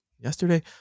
yesterday